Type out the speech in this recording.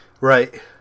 Right